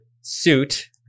suit